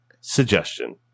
suggestion